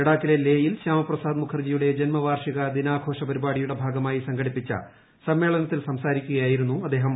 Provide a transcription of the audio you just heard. ലഡാക്കിലെ ലേയിൽ ശ്യാമപ്രസാദ് മുഖർജിയുടെ ജന്മവാർഷിക ദിനാഘോഷ പരിപാടിയുടെ ഭാഗമായി സംഘടിപ്പിച്ച സമ്മേളനത്തിൽ സംസാരിക്കുകയായിരുന്നു അദ്ദേഹം